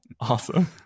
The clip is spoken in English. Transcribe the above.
Awesome